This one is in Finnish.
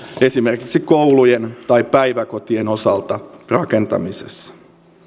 esimerkiksi koulujen tai päiväkotien osalta rakentamisessa